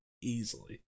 easily